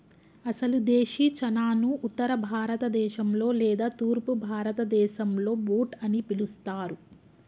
అసలు దేశీ చనాను ఉత్తర భారత దేశంలో లేదా తూర్పు భారతదేసంలో బూట్ అని పిలుస్తారు